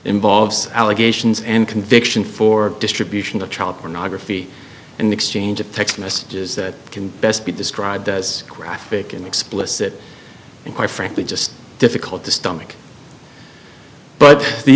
involves allegations and conviction for distribution of child pornography in exchange of text messages that can best be described as graphic and explicit and quite frankly just difficult to stomach but the